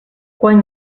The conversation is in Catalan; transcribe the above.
quan